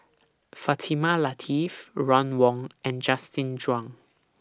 Fatimah Lateef Ron Wong and Justin Zhuang